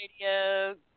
radio